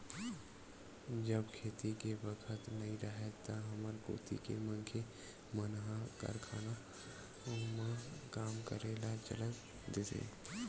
जब खेती के बखत नइ राहय त हमर कोती के मनखे मन ह कारखानों म काम करे ल चल देथे